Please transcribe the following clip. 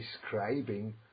describing